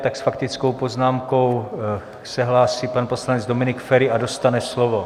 Tak s faktickou poznámkou se hlásí pan poslanec Dominik Feri a dostane slovo.